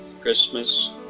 Christmas